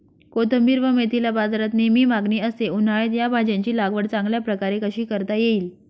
कोथिंबिर व मेथीला बाजारात नेहमी मागणी असते, उन्हाळ्यात या भाज्यांची लागवड चांगल्या प्रकारे कशी करता येईल?